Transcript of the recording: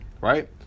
right